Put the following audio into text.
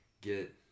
get